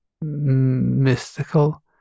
mystical